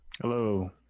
hello